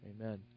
amen